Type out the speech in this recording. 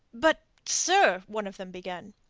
but, sir. one of them began.